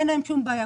אין להן שום בעיה.